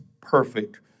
perfect